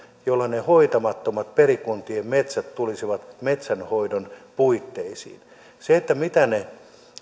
jolla ne hoitamattomat perikuntien metsät tulisivat metsänhoidon puitteisiin se mitä he